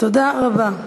תודה רבה.